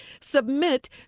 Submit